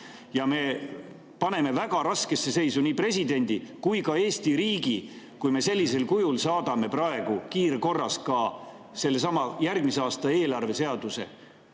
Me paneme väga raskesse seisu nii presidendi kui ka Eesti riigi, kui me saadame praegu kiirkorras ka sellesama järgmise aasta eelarve seaduse